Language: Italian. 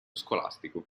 scolastico